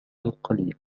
القليل